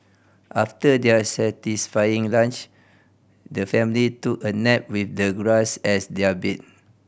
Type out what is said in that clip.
after their satisfying lunch the family took a nap with the grass as their bed